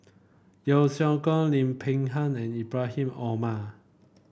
Yeo Siak Goon Lim Peng Han and Ibrahim Omar